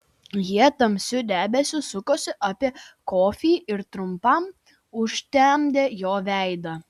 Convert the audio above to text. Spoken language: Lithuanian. jie tamsiu debesiu sukosi apie kofį ir trumpam užtemdė jo veidą